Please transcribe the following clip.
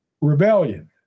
rebellion